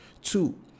Two